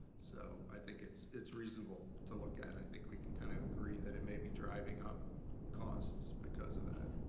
so i think it's it's reasonable to look at. i think we can kind of agree that it may be driving up costs because of that.